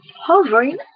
hovering